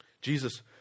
Jesus